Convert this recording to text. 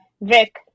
Vic